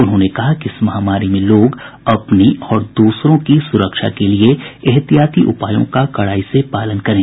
उन्होंने कहा कि इस महामारी में लोग अपनी और दूसरों की सुरक्षा के लिये एहतियाती उपायों का कड़ाई से पालन करें